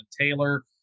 Taylor